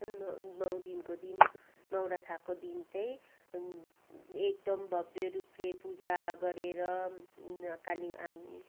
न नौ दिनको दिन नौरथाको दिन चाहिँ एकदम भव्य रूपले पूजा गरेर काली